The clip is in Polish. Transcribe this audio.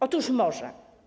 Otóż może.